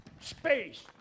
space